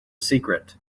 secret